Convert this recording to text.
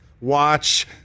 watch